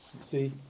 See